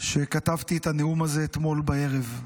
שכתבתי את הנאום הזה אתמול בערב,